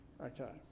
Okay